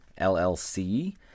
LLC